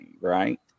Right